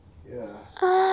ya